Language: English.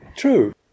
True